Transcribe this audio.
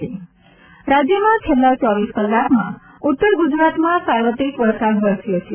સાર્વત્રિક વરસાદ રાજ્યમાં છેલ્લા ચોવીસ કલાકમાં ઉત્તર ગુજરાતમાં સાર્વત્રિક વરસાદ વરસ્યો છે